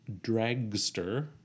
dragster